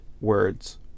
words